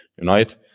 Unite